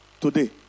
today